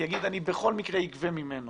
אני אומר שבכל מקרה אני אגבה ממנו